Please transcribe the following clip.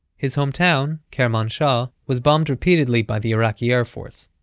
his hometown, kermanshah, was bombed repeatedly by the iraqi air force.